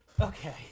Okay